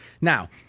Now